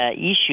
issue